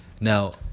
Now